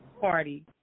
party